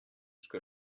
jusque